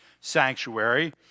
sanctuary